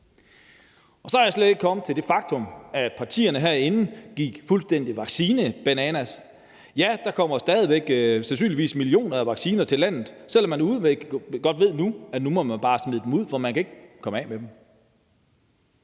Og så er jeg slet ikke kommet til det faktum, at partierne herinde gik fuldstændig vaccinebananas. Ja, der kommer sandsynligvis stadig væk millioner af vacciner til landet, selv om man udmærket godt ved, at nu må man bare smide dem ud, for man kan ikke komme af med dem